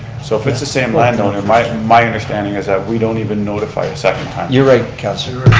so if it's the same landowner, my my understanding is that we don't even notify a second time. you're right, councilor.